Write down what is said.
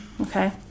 Okay